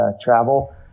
travel